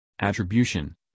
attribution